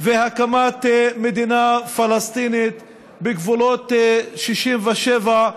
והקמת מדינה פלסטינית בגבולות 67',